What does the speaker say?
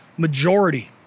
majority